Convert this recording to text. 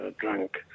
drank